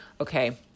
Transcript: okay